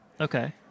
Okay